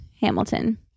Hamilton